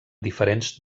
diferents